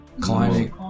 Climbing